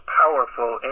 powerful